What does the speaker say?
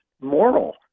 moral